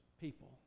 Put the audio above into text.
people